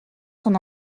son